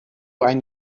ein